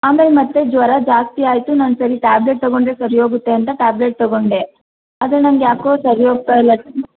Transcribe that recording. ಆಮೇಲೆ ಮತ್ತೆ ಜ್ವರ ಜಾಸ್ತಿ ಆಯಿತು ನಾನು ಸರಿ ಟ್ಯಾಬ್ಲೆಟ್ ತೊಗೊಂಡ್ರೆ ಸರಿ ಹೋಗುತ್ತೆ ಅಂತ ಟ್ಯಾಬ್ಲೆಟ್ ತೊಗೊಂಡೆ ಆದರೆ ನನಗ್ಯಾಕೋ ಸರಿ ಹೋಗ್ತಾ ಇಲ್ಲ